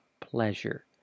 pleasure